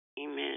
Amen